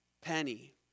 penny